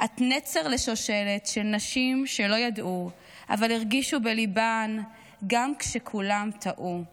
/ את נצר לשושלת של נשים שלא ידעו / אבל הרגישו בליבן גם כשכולם טעו /